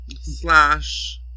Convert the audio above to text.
Slash